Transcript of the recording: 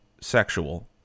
sexual